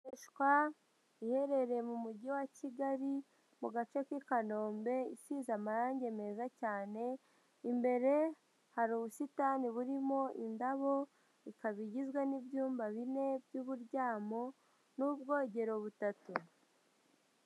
Igurishwa iherereye mu mujyi wa Kigali, mu gace k'i Kanombe isize amarangi meza cyane, imbere hari ubusitani burimo indabo, ikaba igizwe n'ibyumba bine by'uburyamo n'ubwogero butatu.